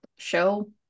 show